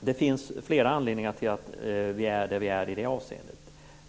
Det finns alltså flera anledningar till att vi är där vi är i det avseendet.